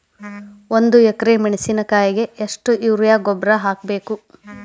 ಒಂದು ಎಕ್ರೆ ಮೆಣಸಿನಕಾಯಿಗೆ ಎಷ್ಟು ಯೂರಿಯಾ ಗೊಬ್ಬರ ಹಾಕ್ಬೇಕು?